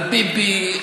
על ביבי,